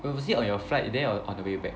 was was it on your flight there or on the way back